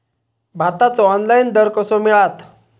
भाताचो ऑनलाइन दर कसो मिळात?